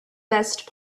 best